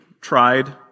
tried